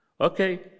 Okay